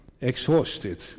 exhausted